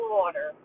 water